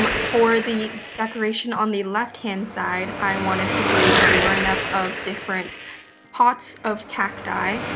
um for the decoration on the left hand side, i wanted to do a line up of different pots of cacti.